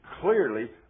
clearly